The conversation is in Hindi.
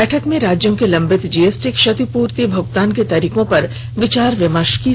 बैठक में राज्यों के लम्बित जीएसटी क्षतिपूर्ति भुगतान के तरीके पर विचार विमर्श की संभावना है